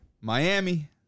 Miami